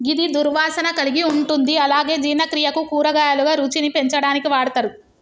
గిది దుర్వాసన కలిగి ఉంటుంది అలాగే జీర్ణక్రియకు, కూరగాయలుగా, రుచిని పెంచడానికి వాడతరు